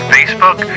Facebook